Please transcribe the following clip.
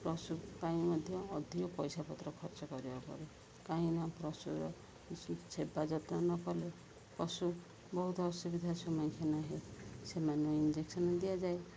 ପଶୁ ପାଇଁ ମଧ୍ୟ ଅଧିକ ପଇସା ପତ୍ର ଖର୍ଚ୍ଚ କରିବାକୁ ପଡ଼େ କାହିଁକିନା ପଶୁର ସେବା ଯତ୍ନ ନକଲେ ପଶୁ ବହୁତ ଅସୁବିଧା ସମ୍ମୁଖୀନ ସେମାନେ ଇଞ୍ଜେକ୍ସନ୍ ଦିଆଯାଏ